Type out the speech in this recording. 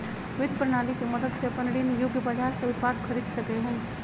वित्त प्रणाली के मदद से अपन ऋण योग्य बाजार से उत्पाद खरीद सकेय हइ